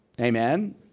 Amen